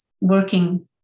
working